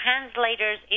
translator's